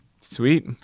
sweet